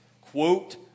Quote